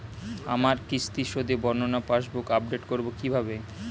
আমার কিস্তি শোধে বর্ণনা পাসবুক আপডেট করব কিভাবে?